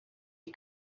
you